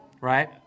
right